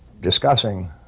discussing